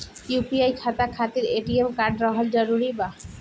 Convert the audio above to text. UPI खाता खातिर ATM card रहल जरूरी बा?